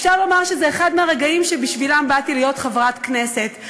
אפשר לומר שזה אחד מהרגעים שבשבילם באתי להיות חברת כנסת,